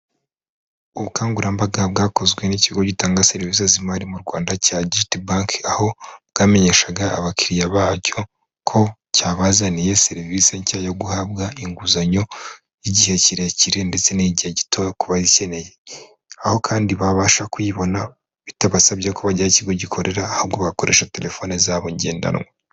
Ubukangurambaga bwakozwe n'ikigo gitanga serivisi z'imari mu Rwanda cya GT banki, aho bwamenyeshaga abakiriya bacyo ko cyabazaniye serivisi nshya yo guhabwa inguzanyo y'igihe kirekire ndetse n'igihe gito ku bayikeneye. Aho kandi babasha kuyibona bitabasabye ko bajya aho ikigo gikorera, ahubwo bakoresha terefoni zabo ngendanwa.